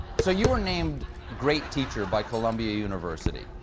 so you were named great teacher by columbia university.